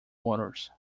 waters